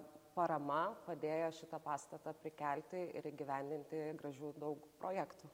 parama padėjo šitą pastatą prikelti ir įgyvendinti gražių daug projektų